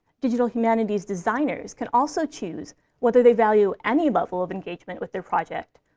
digital humanities designers can also choose whether they value any level of engagement with their project,